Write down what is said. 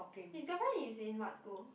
is the one is in what school